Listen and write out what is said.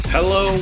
Hello